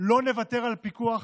לא נוותר על הפיקוח